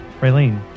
Raylene